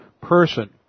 person